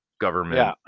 government